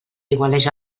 aigualeix